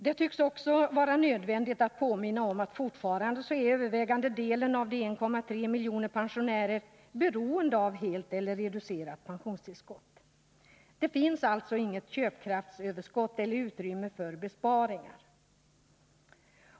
Det tycks också vara nödvändigt att påminna om att fortfarande är den övervägande andelen av de 1,3 miljoner pensionärerna beroende av helt eller reducerat pensionstillskott. Här finns alltså inget köpkraftsöverskott eller utrymme för besparingar.